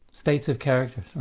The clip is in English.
states of character.